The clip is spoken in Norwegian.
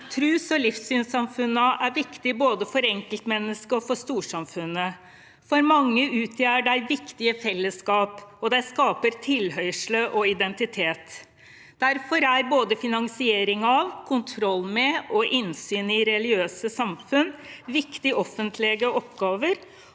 «Trus- og livssynssamfunna er viktige både for enkeltmenneske og for storsamfunnet. For mange menneske utgjer dei viktige fellesskap, og dei skaper tilhøyrsel og identitet. Både finansiering av, kontroll med og innsyn i religiøse samfunn er viktige offentlege oppgåver,